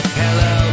hello